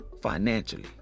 financially